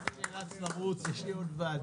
אני נאלץ לרוץ, יש לי עוד ועדה.